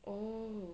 oh